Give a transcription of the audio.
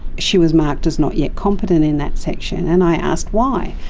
she was marked as not yet competent in that section and i asked why.